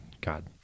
God